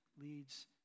leads